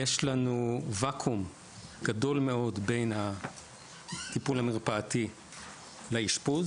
יש לנו ואקום גדול מאוד בין הטיפול המרפאתי לאשפוז